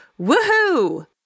Woohoo